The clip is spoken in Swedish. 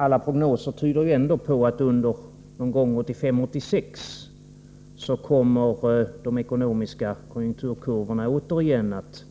Alla prognoser tyder ändå på att de ekonomiska konjunkturkurvorna någon gång under 1985 eller 1986 återigen kommer att